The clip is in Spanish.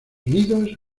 unidos